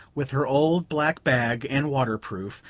with her old black bag and waterproof,